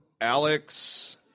Alex